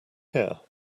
here